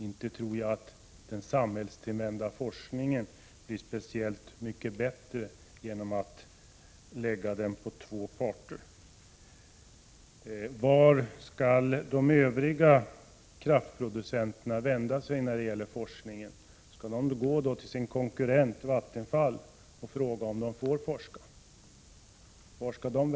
Jag tror inte att den samhällstillvända forskningen blir speciellt mycket bättre genom att den läggs på två parter.